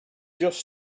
just